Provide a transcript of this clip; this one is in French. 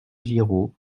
giraud